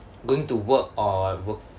going to work or work